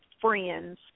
friends